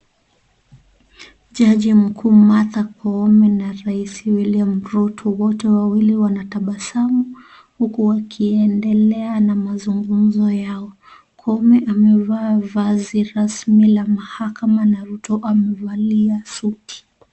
Jaji mkuu Martha Koome na raisi William Ruto. Wote wawili wanatabasamu huku wakiendelea na mazungumzo yao. Koome amevaa vazi rasmi la mahakama na Ruto amevalia suti.